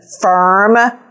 firm